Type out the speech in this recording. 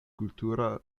kultura